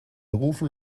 rufen